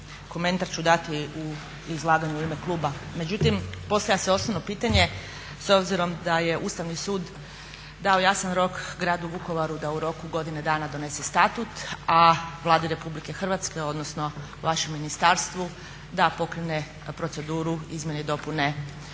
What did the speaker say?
komentar ću dati u izlaganju u ime kluba. Međutim, postavlja se osnovno pitanje s obzirom da je Ustavni sud dao jasan rok gradu Vukovaru da u roku godine dana donese Statut, a Vladi RH odnosno vašem ministarstvu da pokrene proceduru izmjene i dopune zakona